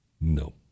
no